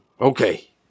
okay